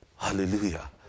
Hallelujah